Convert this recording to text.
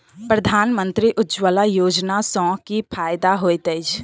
प्रधानमंत्री उज्जवला योजना सँ की फायदा होइत अछि?